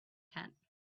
tent